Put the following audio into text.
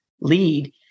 lead